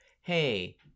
Hey